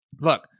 Look